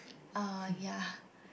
uh ya